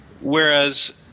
Whereas